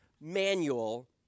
manual